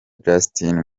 justin